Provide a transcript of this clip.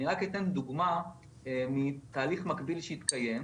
אני רק אתן דוגמה מתהליך מקביל שהתקיים,